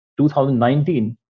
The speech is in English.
2019